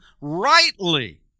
rightly